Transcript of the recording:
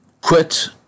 quit